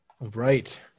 Right